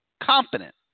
Competent